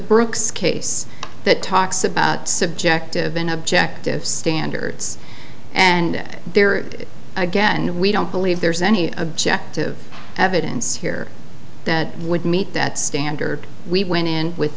brooks case that talks about subjective and objective standards and there again we don't believe there's any objective evidence here that would meet that standard we went in with